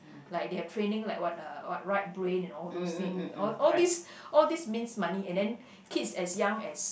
like they have training like what uh what right brain and all those thing all all these all these means money and then kids as young as